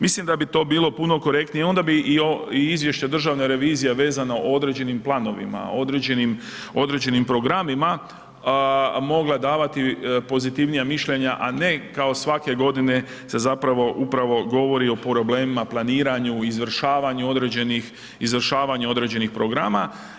Mislim da bi to bilo puno korektnije i onda bi i izvješće Državne revizije vezano o određenim planovima, određenim programima mogla davati pozitivnija mišljenja a ne kao svake godine se zapravo upravo govori o problemima, planiranju, izvršavanju određeni programa.